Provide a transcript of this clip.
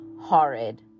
horrid